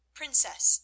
princess